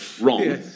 Wrong